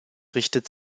richtet